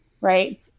right